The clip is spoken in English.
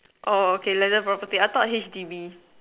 oh okay landed property I thought H_D_B